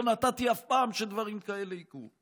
לא נתתי אף פעם שדברים כאלה יקרו.